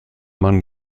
mann